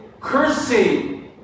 cursing